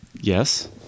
yes